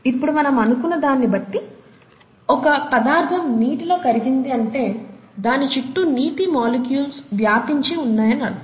ఇప్పుడు మనం అనుకున్న దాని బట్టి ఒక పదార్ధం నీటిలో కరిగింది అంటే దాని చుట్టూ నీటి మాలిక్యూల్స్ వ్యాపించి ఉన్నాయని అర్థం